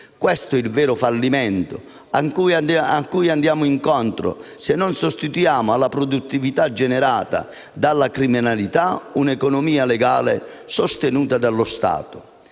Questo è il vero fallimento cui andiamo incontro se non sostituiamo alla produttività generata dalla criminalità un'economia legale sostenuta dallo Stato.